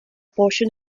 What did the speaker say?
portion